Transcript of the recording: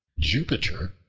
jupiter,